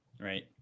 right